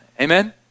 Amen